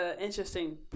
interesting